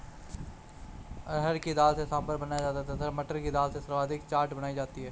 अरहर की दाल से सांभर बनाया जाता है तथा मटर की दाल से स्वादिष्ट चाट बनाई जाती है